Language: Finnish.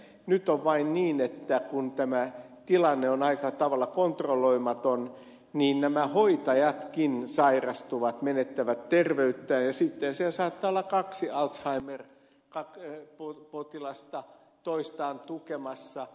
nyt on vain niin että kun tämä tilanne on aika tavalla kontrolloimaton niin nämä hoitajatkin sairastuvat menettävät terveyttään ja sitten siellä saattaa olla kaksi alzheimer potilasta toistaan tukemassa